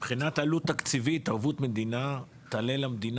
הבנקים לא מממנים.